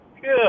Good